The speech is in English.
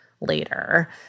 later